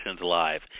Live